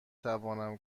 توانم